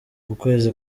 ukwezi